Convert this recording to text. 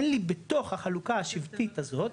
אין לי בתוך החלוקה השבטית הזאת,